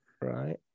Right